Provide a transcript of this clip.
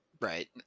Right